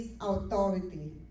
authority